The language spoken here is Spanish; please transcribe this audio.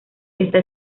esta